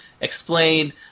Explain